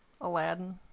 aladdin